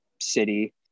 city